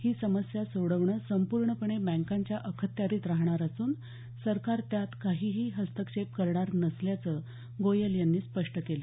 ही समस्या सोडवणं संपूर्णपणे बँकांच्या अखत्यारीत राहणार असून सरकार त्यात काहीही हस्तक्षेप करणार नसल्याचं गोयल यांनी स्पष्ट केलं